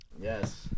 Yes